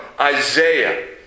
Isaiah